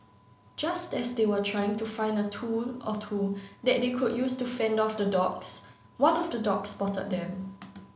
just as they were trying to find a tool or two that they could use to fend off the dogs one of the dogs spotted them